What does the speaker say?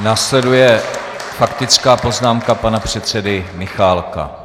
Následuje faktická poznámka pana předsedy Michálka.